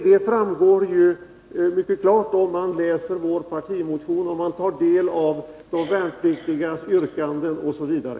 Det framgår mycket klart om man läser vår partimotion och tar del av de värnpliktigas yrkanden osv.